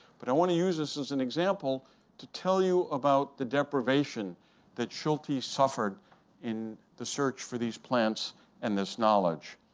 but i want to use this as an example to tell you about the deprivation that schultes suffered in the search for these plants and this knowledge.